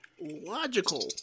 logical